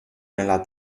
nella